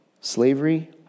slavery